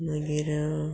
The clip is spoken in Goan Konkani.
मागीर